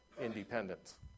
independence